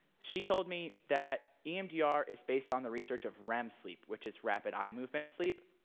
she told me that emdr is based on the research of rem sleep, which is rapid eye movement sleep.